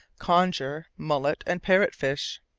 conger, mullet, and parrot-fish.